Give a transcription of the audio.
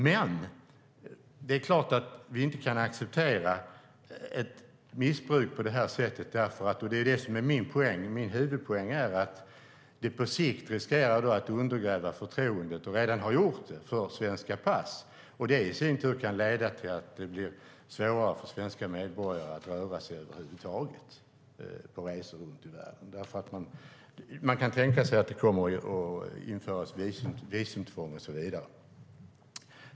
Men det är klart att vi inte kan acceptera ett missbruk på det här sättet eftersom - och det är det som är min huvudpoäng - det på sikt riskerar att undergräva förtroendet för svenska pass. Det har redan gjort det. Det i sin tur kan leda till att det blir svårare för svenska medborgare att röra sig över huvud taget på resor runt i världen. Man kan tänka sig att det kommer att införas visumtvång och så vidare.